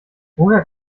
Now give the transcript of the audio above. woher